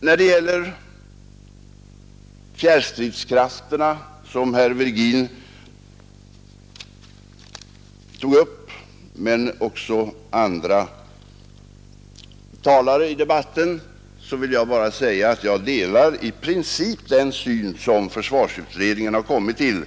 När det gäller fjärrstridskrafterna — som herr Virgin men också andra talare debatterat — delar jag i princip den syn som försvarsutredningen kommit till.